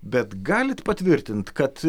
bet galit patvirtint kad